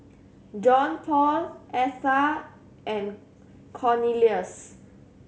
Johnpaul Atha and Cornelius